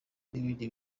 n’ibindi